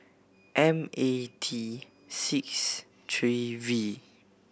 M A T six three V